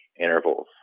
intervals